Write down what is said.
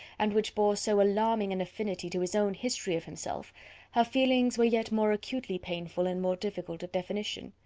and which bore so alarming an affinity to his own history of himself her feelings were yet more acutely painful and more difficult of definition.